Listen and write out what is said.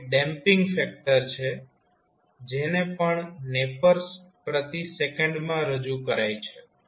એ damping factor છે જેને પણ નેપર્સ પ્રતિ સેકન્ડ માં રજુ કરાય છે